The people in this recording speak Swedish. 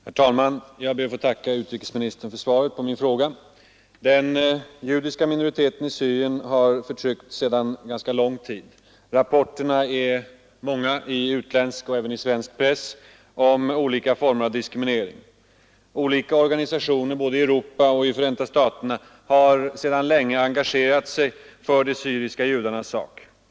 Herr talman! Jag ber att få tacka utrikesministern för svaret på min fråga. Den judiska minoriteten i Syrien har förtryckts sedan lång tid. Rapporterna är många i utländsk och även i svensk press om olika former av diskriminering. Skilda organisationer i både Europa och Förenta staterna har sedan länge engagerat sig för de syriska judarnas sak.